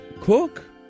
Cook